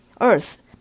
earth